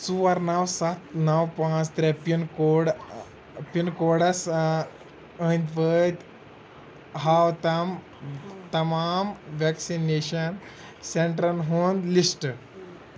ژور نَو سَتھ نو پانٛژھ ترٛےٚ پِن کوڈ پِن کوڈس أنٛدۍ پٔتۍ ہاو تم تمام ویکسِنیشن سینٹرن ہُنٛد لسٹ